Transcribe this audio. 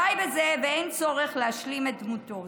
די בזה ואין צורך להשלים את דמותו.